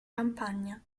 campagna